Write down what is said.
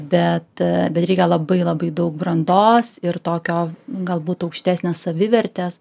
bet bet reikia labai labai daug brandos ir tokio galbūt aukštesnės savivertės